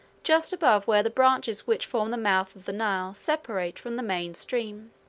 just above where the branches which form the mouths of the nile separate from the main stream.